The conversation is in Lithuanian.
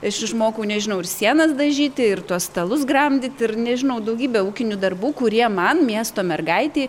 aš išmokau nežinau ir sienas dažyti ir tuos stalus gramdyti ir nežinau daugybę ūkinių darbų kurie man miesto mergaitei